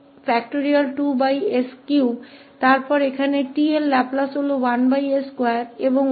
s3 तो यहाँ 𝑡 का लाप्लास 1s2 है और 1 का यह लाप्लास 1s है